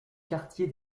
quartier